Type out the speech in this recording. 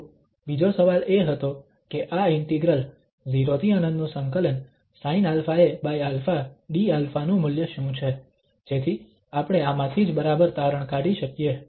તો બીજો સવાલ એ હતો કે આ ઇન્ટિગ્રલ 0∫∞ sinαaα dα નું મૂલ્ય શું છે જેથી આપણે આમાંથી જ બરાબર તારણ કાઢી શકીએ